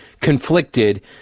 conflicted